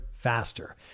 faster